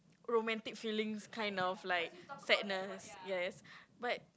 romantic feelings kind of like sadness yes but